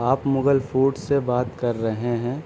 آپ مغل فوڈ سے بات کر رہے ہیں